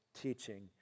teaching